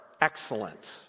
excellent